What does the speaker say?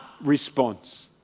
response